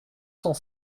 cent